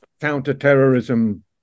counterterrorism